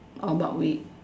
how about wheat